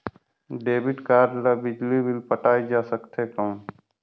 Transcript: Debit card ले बिजली bill पटाय जा सकथे कौन?